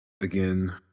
again